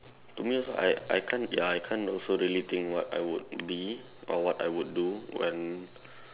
to me also I I can't ya I can't also really think what I would be or what I would do when